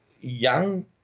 young